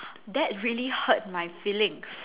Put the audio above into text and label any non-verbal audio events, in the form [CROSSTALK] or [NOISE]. [NOISE] that's really hurt my feelings